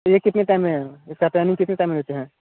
यह कितने टाइम में है इसका टाइमिंग कितने टाइम लेते हैं